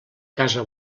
casa